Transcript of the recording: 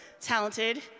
talented